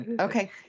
Okay